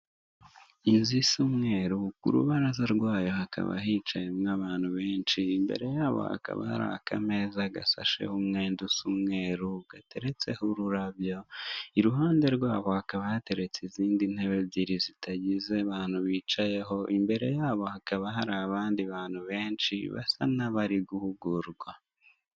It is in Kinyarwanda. Inzu isa umweru ku rubaraza rwayo hakaba hicayemo abantu benshi imbere yabo hakaba hari akameza gasasheho umwenda us'umweruru gateretseho ururabyo iruhande rwabo hakaba hateretse izindi ntebe ebyiri zitagize abantu bicayeho, imbere yabo hakaba hari abandi bantu benshi basa n'abari guhugurwa.